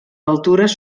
altures